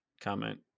comment